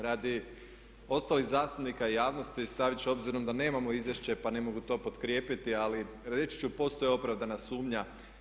Radi ostalih zastupnika i javnosti stavit ću obzirom da nemamo izvješće pa ne mogu to potkrijepiti ali reći ću, postoji opravdana sumnja.